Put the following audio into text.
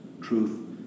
truth